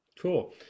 Cool